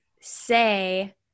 say